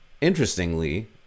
interestingly